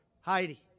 Heidi